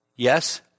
Yes